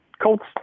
Colts